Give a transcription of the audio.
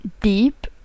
deep